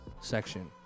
section